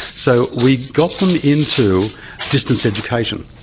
so we got them into distance education,